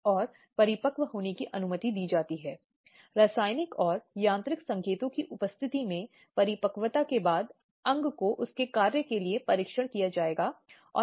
और कभी कभी यह भी कहा जाता है कि जैसा हमने पहले कहा था कि पत्नी को पीटना या पत्नी की पिटाई करना